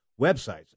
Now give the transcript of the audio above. websites